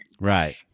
right